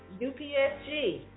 UPSG